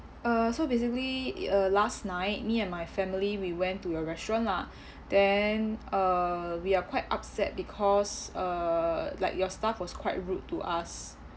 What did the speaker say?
uh so basically uh last night me and my family we went to your restaurant lah then uh we are quite upset because uh like your staff was quite rude to us